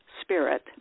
spirit